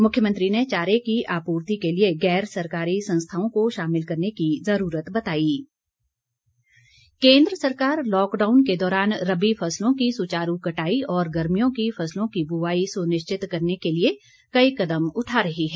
मुख्यमंत्री ने चारे की आपूर्ति के लिए गैर सरकारी संस्थाओं को शामिल करने की ज़रूरत बताई रबी फसलें केन्द्र सरकार लॉकडाउन के दौरान रबी फसलों की सुचारू कटाई और गर्मियों की फसलों की बुआई सुनिश्चित करने के लिए कई कदम उठा रही है